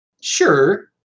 Sure